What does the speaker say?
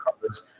cards